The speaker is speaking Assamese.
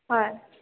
হয়